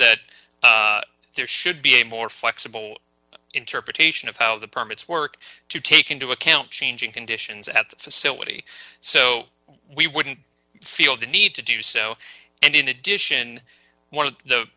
that there should be a more flexible interpretation of how the permits work to take into account changing conditions at the facility so we wouldn't feel the need to do so and in addition one of